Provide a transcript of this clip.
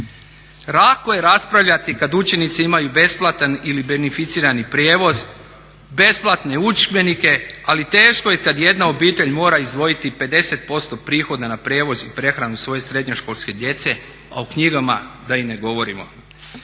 Lako je raspravljati kad učenici imaju besplatan ili beneficirani prijevoz, besplatne udžbenike, ali teško je kad jedna obitelj mora izdvojiti 50% prihoda na prijevoz i prehranu svoje srednjoškolske djece, a o knjigama da i ne govorimo.